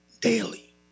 daily